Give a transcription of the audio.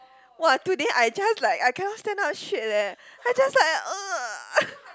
!wah! today I just like I cannot stand up straight leh I just like